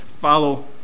Follow